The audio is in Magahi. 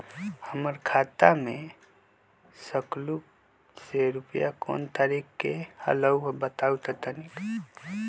हमर खाता में सकलू से रूपया कोन तारीक के अलऊह बताहु त तनिक?